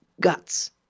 guts